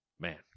man